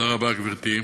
תודה רבה גברתי.